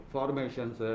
Formations